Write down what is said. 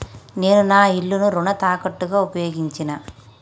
నేను నా ఇల్లును రుణ తాకట్టుగా ఉపయోగించినా